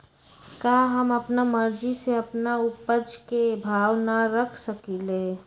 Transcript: का हम अपना मर्जी से अपना उपज के भाव न रख सकींले?